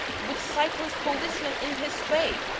with cyclist policemen in his pay!